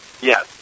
Yes